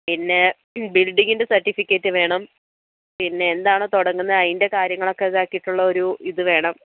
പിന്നെ ബിൽഡിങ്ങിൻ്റെ സർട്ടിഫിക്കറ്റ് വേണം പിന്നെ എന്താണോ തുടങ്ങുന്നത് അതിൻ്റെ കാര്യങ്ങളൊക്കെ ഇതാക്കിയിട്ടുള്ള ഒരു ഇത് വേണം